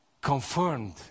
confirmed